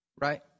right